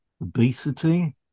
obesity